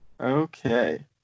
Okay